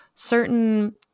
Certain